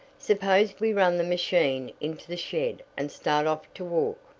suppose we run the machine into the shed and start off to walk?